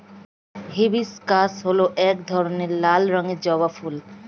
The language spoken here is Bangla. হিবিস্কাস হল এক ধরনের লাল রঙের জবা ফুল